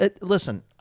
Listen